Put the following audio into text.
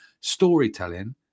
storytelling